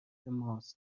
ماست